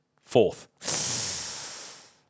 Fourth